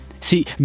See